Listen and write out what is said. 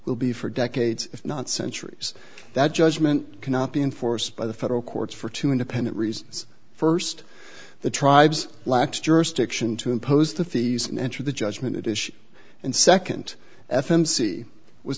will be for decades if not centuries that judgment cannot be enforced by the federal courts for two independent reasons st the tribes lacks jurisdiction to impose the fees and enter the judgment it is and nd f m c was